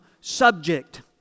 subject